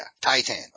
Titan